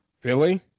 Philly